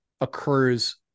occurs